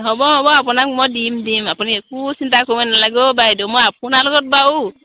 হ'ব হ'ব আপোনাক মই দিম দিম আপুনি একো চিন্তা কৰিব নেলাগে অ' বাইদেউ মই আপোনাৰ লগত বাৰু